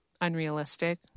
unrealistic